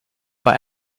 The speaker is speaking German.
bei